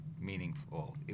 meaningful